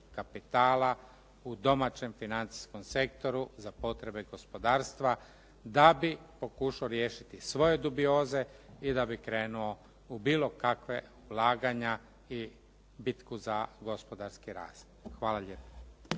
kapitala u domaćem financijskom sektoru za potrebe gospodarstva da bi pokušao riješiti i svoje dubioze i da bi krenuo u bilo kakva ulaganja i bitku za gospodarski rast. Hvala lijepo.